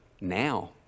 now